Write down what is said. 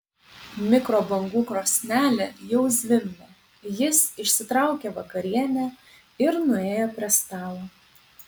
mikrobangų krosnelė jau zvimbė jis išsitraukė vakarienę ir nuėjo prie stalo